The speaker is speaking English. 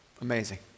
amazing